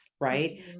right